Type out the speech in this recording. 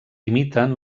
imiten